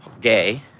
gay